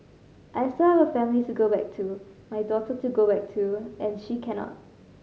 I still have a family to go back to my daughter to go back to and she cannot